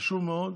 חשוב מאוד,